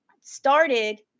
started